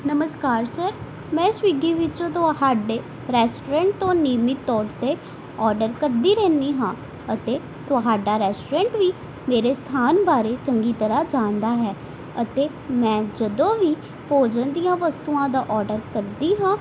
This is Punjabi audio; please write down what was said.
ਨਮਸਕਾਰ ਸਰ ਮੈਂ ਸਵੀਗੀ ਵਿੱਚੋਂ ਤੁਹਾਡੇ ਰੈਸਟੋਰੈਂਟ ਤੋਂ ਨਿਯਮਿਤ ਤੋਰ 'ਤੇ ਓਡਰ ਕਰਦੀ ਰਹਿੰਦੀ ਹਾਂ ਅਤੇ ਤੁਹਾਡਾ ਰੈਸਟੋਰੈਂਟ ਵੀ ਮੇਰੇ ਸਥਾਨ ਬਾਰੇ ਚੰਗੀ ਤਰ੍ਹਾਂ ਜਾਣਦਾ ਹੈ ਅਤੇ ਮੈਂ ਜਦੋਂ ਵੀ ਭੋਜਨ ਦੀਆਂ ਵਸਤੂਆਂ ਦਾ ਓਡਰ ਕਰਦੀ ਹਾਂ